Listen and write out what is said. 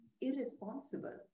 irresponsible